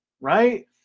right